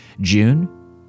June